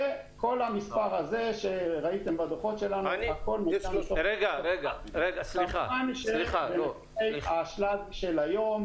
וכל המספר הזה שראיתם בדוחות שלנו הכל מותאם --- האשלג של היום,